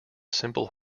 simple